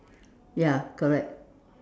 ya correct